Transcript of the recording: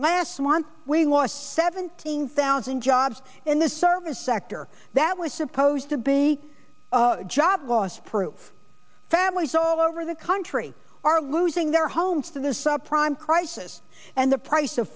last month we lost seventeen thousand jobs in the service sector that was supposed to be job loss proof families all over the country are losing their homes to the sub prime crisis and the price of